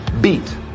beat